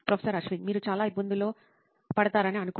professor Ashwin మీరు చాలా ఇబ్బందుల్లో పడతారని అనుకోండి